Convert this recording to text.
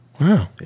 wow